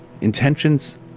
intentions